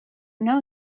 know